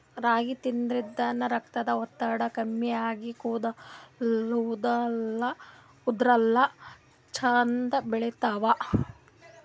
ರಾಗಿ ತಿನ್ನದ್ರಿನ್ದ ರಕ್ತದ್ ಒತ್ತಡ ಕಮ್ಮಿ ಆಗಿ ಕೂದಲ ಉದರಲ್ಲಾ ಛಂದ್ ಬೆಳಿತಾವ್